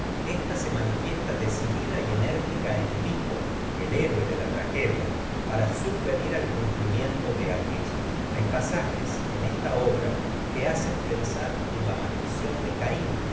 ésta se manifiesta edipo el héroe de decidida y enérgica en la tragedia para subvenir al en cumplimiento obra como de aquélla hay pasajes esta que hacen pensar en la maldición de caín